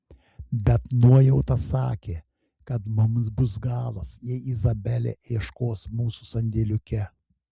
bet nuojauta sakė kad mums bus galas jei izabelė ieškos mūsų sandėliuke